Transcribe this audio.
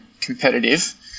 competitive